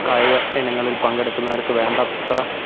കായിക ഇനങ്ങളില് പങ്കെടുക്കുന്നവര്ക്കു വേണ്ടത്ര